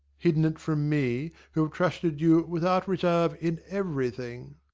hidden it from me, who have trusted you without reserve, in everything.